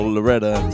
Loretta